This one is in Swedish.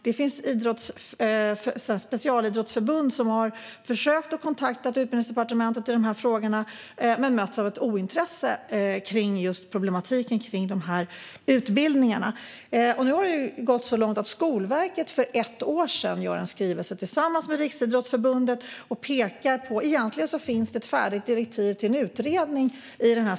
Det finns specialidrottsförbund som har försökt att kontakta Utbildningsdepartementet i den här frågan, men man har mötts av ointresse för dessa utbildningar. Nu har det gått så långt att Skolverket för ett år sedan tog fram en skrivelse tillsammans med Riksidrottsförbundet. Om man hårdrar det finns i skrivelsen egentligen ett färdigt direktiv till en utredning.